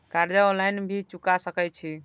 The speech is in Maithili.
कर्जा ऑनलाइन भी चुका सके छी?